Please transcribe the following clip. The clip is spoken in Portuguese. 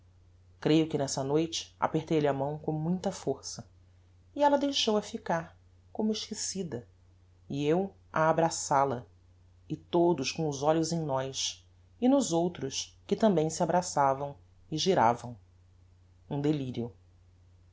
creio que nessa noite apertei lhe a mão com muita força e ella deixou-a ficar como esquecida e eu a abraçal-a e todos com os olhos em nós e nos outros que tambem se abraçavam e giravam um delirio